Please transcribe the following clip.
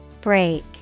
Break